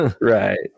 Right